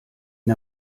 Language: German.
der